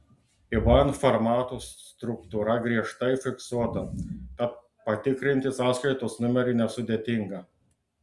iban formato struktūra griežtai fiksuota tad patikrinti sąskaitos numerį nesudėtinga